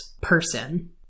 person